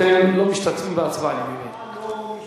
אתם לא משתתפים בהצבעה, אני מבין.